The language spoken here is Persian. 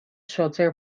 شاطر